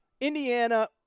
Indiana